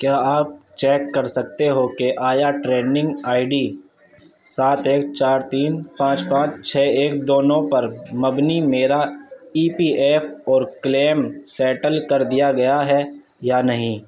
کیا آپ چیک کر سکتے ہو کہ آیا ٹریڈنگ آئی ڈی سات ایک چار تین پانچ پانچ چھ ایک دو نو پر مبنی میرا ای پی ایف اور کلیم سیٹل کر دیا گیا ہے یا نہیں